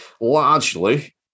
largely